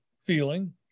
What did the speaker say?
feeling